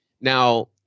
Now